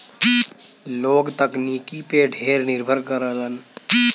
लोग तकनीकी पे ढेर निर्भर करलन